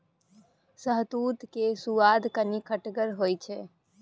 शहतुत केर सुआद कनी खटगर होइ छै